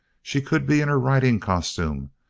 she could be in her riding costume,